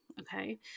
Okay